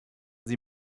sie